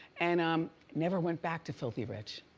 and um never went back to filthy rich.